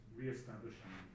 re-establishing